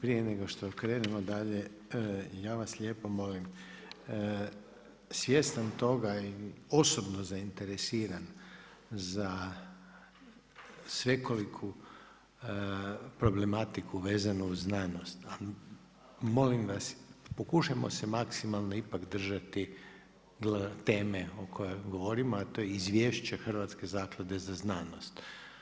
Prije nego što krenemo dalje, ja vas lijepo molim svjestan toga i osobno zainteresiran za svekoliku problematiku vezanu uz znanost, molim vas pokušajmo se maksimalno ipak držati teme o kojoj govorimo a to je Izvješće Hrvatske zaklade za znanost.